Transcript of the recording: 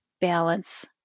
balance